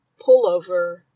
pullover